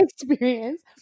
experience